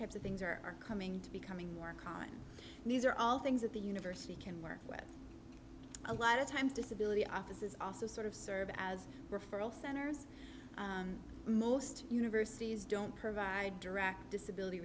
types of things are coming to becoming more common these are all things that the university can work with a lot of times disability offices also sort of serve as referral centers most universities don't provide direct disability